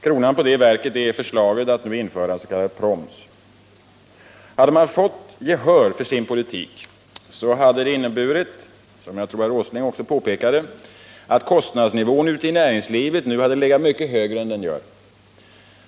Kronan på det verket är förslaget att nu införa en s.k. proms. Hade man fått gehör för sin politik, hade det, som jag tror att också Nils Åsling påpekade, inneburit att kostnadsnivån ute i näringslivet legat mycket högre än den nu gör.